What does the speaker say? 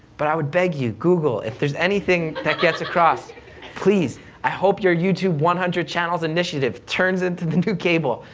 but i would beg you, google, if there's anything that gets across please i hope your youtube one hundred channels initiative turns into the new cable,